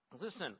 listen